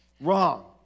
Wrong